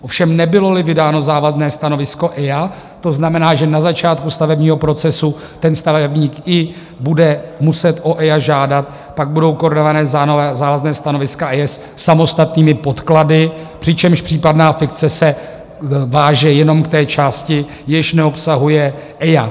Ovšem nebyloli vydáno závazné stanovisko EIA, to znamená, že na začátku stavebního procesu stavebník bude muset o EIA žádat, pak budou koordinovaná závazná stanoviska JES samostatnými podklady, přičemž případná fikce se váže jenom k té části, jež neobsahuje EIA.